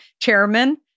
chairman